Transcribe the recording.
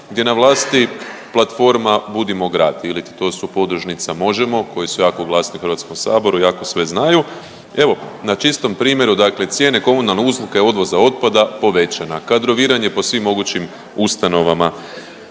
je na vlasti platforma „Budimo grad“ iliti to su podružnica Možemo! koji su jako glasni u HS i jako sve znaju. Evo na čistom primjeru dakle cijene komunalne usluge odvoza otpada povećana, kadroviranje po svim mogućim ustanovama,